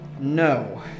No